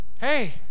Hey